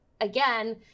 again